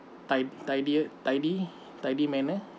tid~ tidier tidy tidy manner